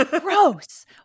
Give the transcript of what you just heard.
gross